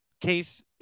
case